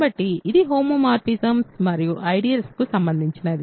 కాబట్టి ఇది హోమోమార్ఫిజమ్స్ మరియు ఐడియల్స్ కు సంబంధించినది